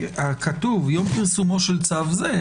כתוב: יום פרסומו של צו זה.